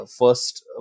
first